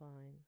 fine